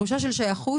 תחושה של שייכות,